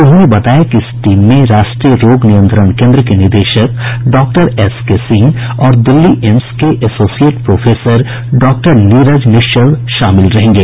उन्होंने बताया कि इस टीम में राष्ट्रीय रोग नियंत्रण केंद्र के निदेशक डॉक्टर एस के सिंह और दिल्ली एम्स के associate professor doctor Neeraj Nischal शामिल रहेंगे